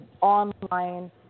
online